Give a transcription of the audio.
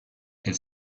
elle